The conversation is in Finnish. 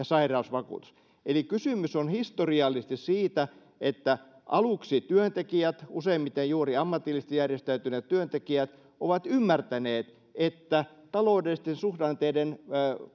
sairausvakuutus eli kysymys on historiallisesti siitä että aluksi työntekijät useimmiten juuri ammatillisesti järjestäytyneet työntekijät ovat ymmärtäneet että taloudellisten suhdanteiden